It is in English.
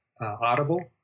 Audible